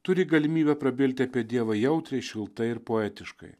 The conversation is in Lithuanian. turi galimybę prabilti apie dievą jautriai šiltai ir poetiškai